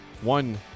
one